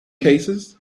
cases